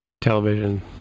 television